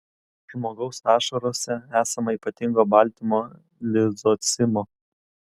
žmogaus ašarose esama ypatingo baltymo lizocimo